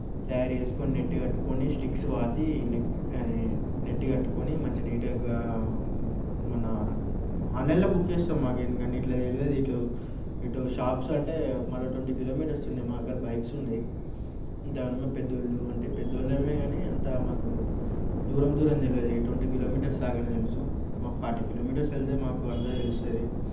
తయారు చేసుకొని నెట్ కట్టుకొని స్టిక్స్ పాతి నెట్ కట్టుకొని మంచి నీటుగా మన ఆన్లైన్లో బుక్ చేస్తాము మాకు ఎందుకంటే ఇలా తెలియదు ఇలా ఇటు షాప్స్ అంటే మళ్ళీ ట్వంటీ కిలోమీటర్స్ ఉంది మా దగ్గర బైక్స్ ఉండవు అంతేగాని పెద్దోళ్ళు అంటే పెద్దోళ్ళమే కానీ అంత మాకు దూరం దూరం తెలియదు ట్వంటీ కిలోమీటర్స్ దాకనే తెలుసు మాకు ఫార్టీ కిలోమీటర్స్ వెళ్తే మాకు అంతా తెలుస్తుంది